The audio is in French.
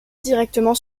directement